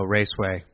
Raceway